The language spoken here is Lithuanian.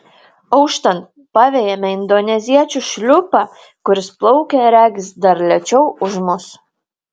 auštant pavejame indoneziečių šliupą kuris plaukia regis dar lėčiau už mus